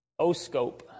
Oscope